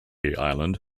island